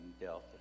Delta